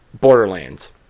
Borderlands